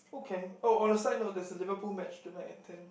okay oh a side note there's a Liverpool match tonight at ten